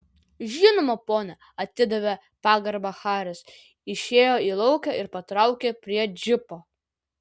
žinoma pone atidavė pagarbą haris išėjo į lauką ir patraukė prie džipo